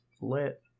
lit